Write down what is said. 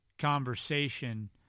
conversation